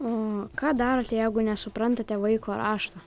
o ką darote jeigu nesuprantate vaiko rašto